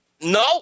No